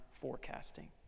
forecasting